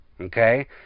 okay